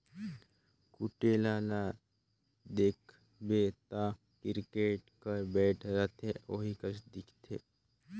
कुटेला ल देखबे ता किरकेट कर बैट रहथे ओही कस दिखथे